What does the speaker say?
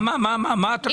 מה, מה את הולכת להצביע?